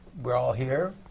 we're all here.